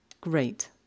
great